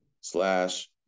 slash